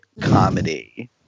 comedy